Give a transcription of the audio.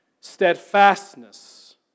steadfastness